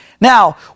Now